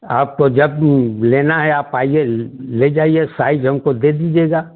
आपको जब लेना है आप आइए ले जाइए साइज हमको दे दीजिएगा